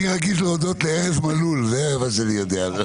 אני רגיל להודות לארז מלול, זה מה שאני יודע.